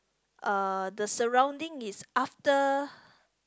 uh the surrounding is after